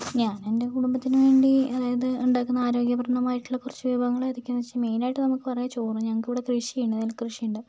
ഞാൻ എൻ്റെ കുടുംബത്തിന് വേണ്ടി അതായത് ഉണ്ടാക്കുന്ന ആരോഗ്യപൂർണ്ണമായിട്ടുള്ള കുറച്ചു വിഭവങ്ങൾ ഏതൊക്കെയാണെന്ന് വെച്ചാൽ മൈനായിട്ട് നമുക്ക് പറയാം ചോറ് ഞങ്ങൾക്കിവിടെ കൃഷിയാണ് നെൽകൃഷിയുണ്ട്